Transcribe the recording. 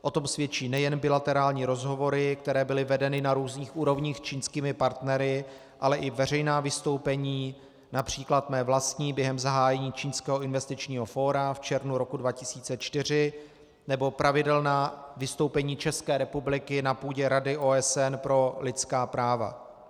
O tom svědčí nejen bilaterální rozhovory, které byly vedeny na různých úrovních s čínskými partnery, ale i veřejná vystoupení, např. mé vlastní během zahájení čínského investičního fóra v červnu roku 2004 nebo pravidelná vystoupení České republiky na půdě Rady OSN pro lidská práva.